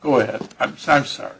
go ahead i'm sorry